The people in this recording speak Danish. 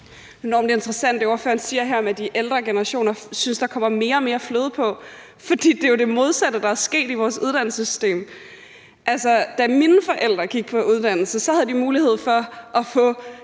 er enormt interessant, og jeg synes, der kommer mere og mere fløde på. For det er jo det modsatte, der er sket i vores uddannelsessystem. Da mine forældre gik på deres uddannelse, havde de mulighed for at få